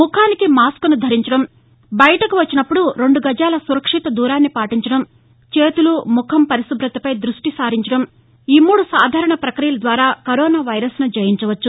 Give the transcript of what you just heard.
ముఖానికి మాస్కును ధరించడం బయటకు వచ్చినప్పుడు రెండు గజాల సురక్షిత దూరాన్ని పాటించడం చేతులు ముఖం పరిశుభతపై దృష్టి సారించడంఈ మూడు సాధారణ ప్రక్రియల ద్వారా కరోనా వైరస్ను జయించవచ్చు